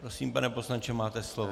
Prosím, pane poslanče, máte slovo.